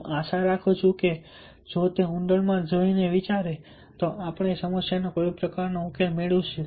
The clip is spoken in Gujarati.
હું આશા રાખું છું કે જો તે ઊંડાણમાં જઈને વિચારે તો આપણે સમસ્યાનો કોઈક પ્રકારનો ઉકેલ મેળવી શકીશું